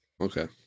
Okay